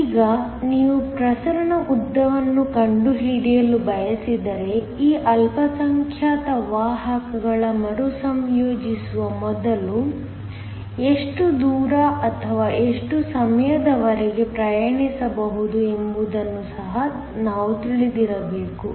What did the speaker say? ಈಗ ನೀವು ಪ್ರಸರಣ ಉದ್ದವನ್ನು ಕಂಡುಹಿಡಿಯಲು ಬಯಸಿದರೆ ಈ ಅಲ್ಪಸಂಖ್ಯಾತ ವಾಹಕಗಳು ಮರುಸಂಯೋಜಿಸುವ ಮೊದಲು ಎಷ್ಟು ದೂರ ಅಥವಾ ಎಷ್ಟು ಸಮಯದವರೆಗೆ ಪ್ರಯಾಣಿಸಬಹುದು ಎಂಬುದನ್ನು ಸಹ ನಾವು ತಿಳಿದಿರಬೇಕು